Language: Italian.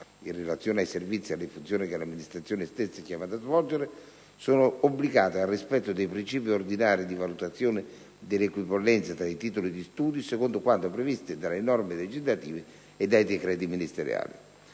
in relazione ai servizi ed alle funzioni che l'amministrazione stessa è chiamata a svolgere, sono obbligate al rispetto dei principi ordinari di valutazione delle equipollenze tra i titoli di studio secondo quanto previsto dalle norme legislative e dai decreti ministeriali.